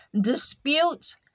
Disputes